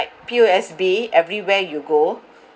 P_O_S_B everywhere you go